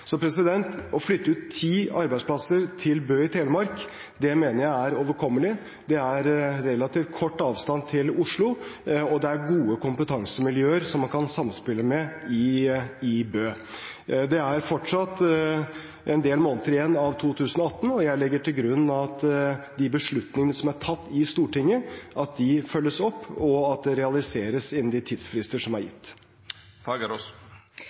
å flytte ut ti arbeidsplasser til Bø i Telemark mener jeg er overkommelig. Det er relativt kort avstand til Oslo, og det er gode kompetansemiljøer som man kan samspille med i Bø. Det er fortsatt en del måneder igjen av 2018, og jeg legger til grunn at de beslutningene som er tatt i Stortinget, følges opp, og at de realiseres innen de tidsfrister som er